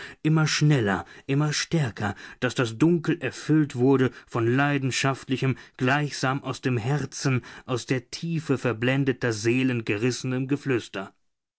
immer schneller immer stärker daß das dunkel erfüllt wurde von leidenschaftlichem gleichsam aus dem herzen aus der tiefe verblendeter seelen gerissenem geflüster